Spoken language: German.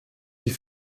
die